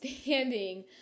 standing